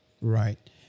Right